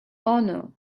honor